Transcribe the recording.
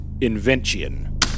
invention